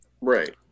Right